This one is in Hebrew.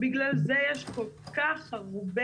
בגלל זה יש כל כך הרבה